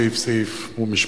סעיף-סעיף ומשפט-משפט.